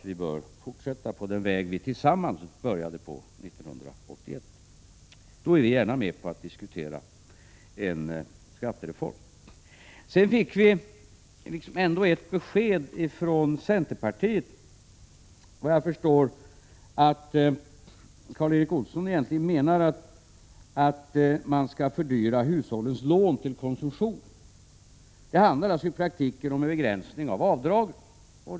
Vi bör fortsätta på den väg vi tillsammans började på 1981. Då är vi gärna med och diskuterar en skattereform. Vi fick ändå ett besked från centerpartiet. Jag förstår att Karl Erik Olsson menar att man skall fördyra hushållens lån till konsumtion. Det handlar i praktiken alltså om en begränsning av avdragen.